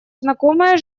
знакомая